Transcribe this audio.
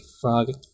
Frog